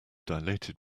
dilated